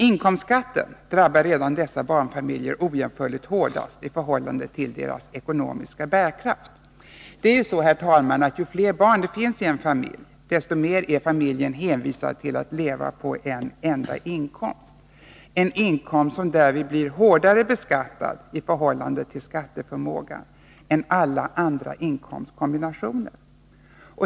Inkomstskatten drabbar redan dessa barnfamiljer ojämförligt hårdast i förhållande till deras ekonomiska bärkraft. Det är ju så, herr talman, att ju fler barn det finns i familjen, desto mer är familjen hänvisad till att leva på en enda inkomst, en inkomst som därvid blir hårdare beskattad i förhållande till skatteförmågan än alla andra inkomstkombinationer.